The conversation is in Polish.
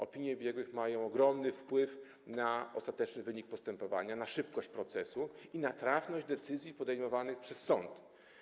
Opinie biegłych mają ogromny wpływ na ostateczny wynik postępowania, na szybkość procesu i na trafność decyzji podejmowanych przez sąd.